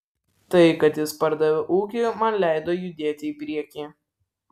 tai kad jis pardavė ūkį man leido judėti į priekį